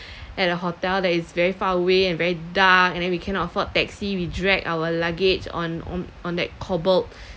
at a hotel that is very far away and very dark and then we cannot afford taxi we dragged our luggage on on on that cobbled